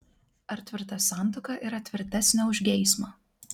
ar tvirta santuoka yra tvirtesnė už geismą